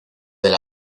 del